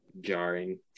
jarring